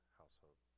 household